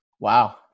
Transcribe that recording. Wow